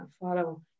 follow